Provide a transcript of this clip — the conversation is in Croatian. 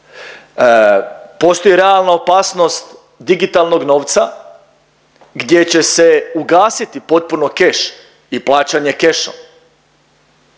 Postoji realna opasnost digitalnog novca gdje će se ugasiti potpuno keš i plaćanje kešom.